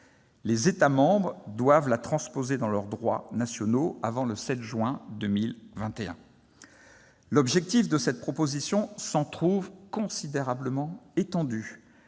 Les États membres doivent la transposer dans leurs droits nationaux avant le 7 juin 2021. L'objectif de cette proposition de loi s'en trouve considérablement étendu.